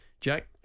Jack